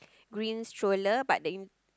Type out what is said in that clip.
green stroller but the in